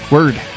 Word